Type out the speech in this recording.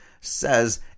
says